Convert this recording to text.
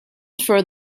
for